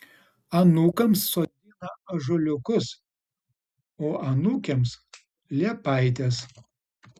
anūkams sodina ąžuoliukus o anūkėms liepaites